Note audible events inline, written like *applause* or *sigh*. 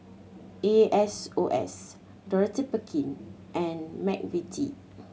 A S O S Dorothy *unintelligible* and McVitie